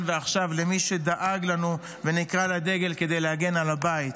ועכשיו למי שדאג לנו ונקרא לדגל כדי להגן על הבית.